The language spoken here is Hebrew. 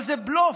אבל זה בלוף,